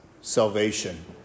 Salvation